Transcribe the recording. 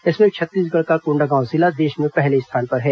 इसमें छत्तीसगढ़ का कोण्डागांव जिला देश में पहले स्थान पर है